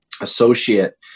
associate